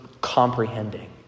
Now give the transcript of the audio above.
comprehending